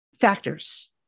factors